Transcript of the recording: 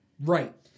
Right